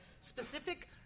specific